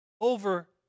over